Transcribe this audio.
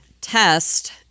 test